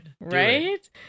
Right